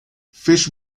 fish